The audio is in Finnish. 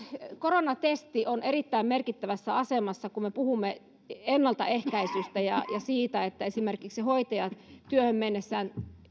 koronatesti on erittäin merkittävässä asemassa kun me puhumme ennaltaehkäisystä ja siitä että esimerkiksi hoitajat työhön mennessään